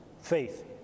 faith